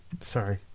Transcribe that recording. sorry